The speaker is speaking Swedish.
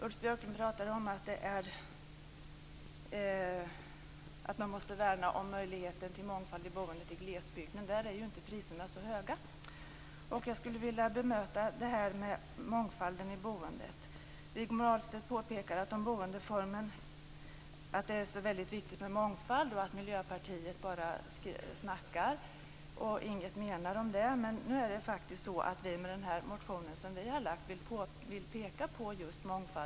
Ulf Björklund pratar om att man måste värna möjligheterna till mångfald i boendet i glesbygden. Där är ju inte boendepriserna så höga. Jag skulle vilja kommentera detta med mångfalden i boendet. Rigmor Ahlstedt säger att det är så viktigt med mångfald och att Miljöpartiet bara snackar om den och inte menar något med det. Vi vill faktiskt peka på just mångfalden i boendet med den motion som vi har väckt.